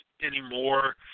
anymore